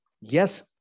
yes